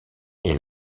est